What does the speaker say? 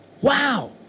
Wow